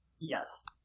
Yes